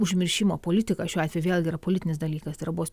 užmiršimo politika šiuo atveju vėlgi yra politinis dalykas tai yra